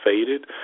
faded